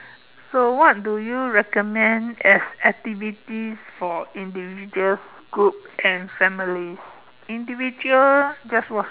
so what do you recommend as activity for individuals groups and families individual just watch